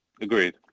Agreed